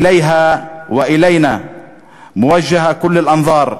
אליה ואלינו מופנים כל המבטים,